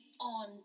on